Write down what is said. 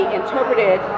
interpreted